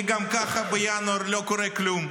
כי גם ככה בינואר לא קורה כלום.